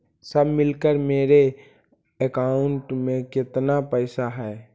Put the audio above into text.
सब मिलकर मेरे अकाउंट में केतना पैसा है?